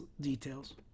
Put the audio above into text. details